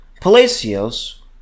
Palacios